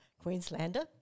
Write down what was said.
Queenslander